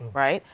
right?